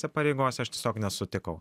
tose pareigose aš tiesiog nesutikau